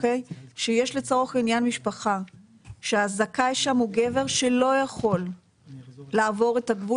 שיש לצורך העניין משפחה שהזכאי שם הוא גבר שלא יכול לעבור את הגבול,